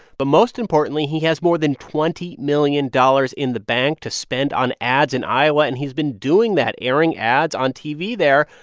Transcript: but most importantly, he has more than twenty million dollars in the bank to spend on ads in iowa. and he's been doing that, airing ads on tv there.